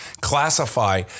classify